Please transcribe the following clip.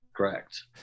Correct